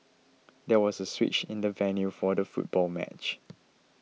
there was a switch in the venue for the football match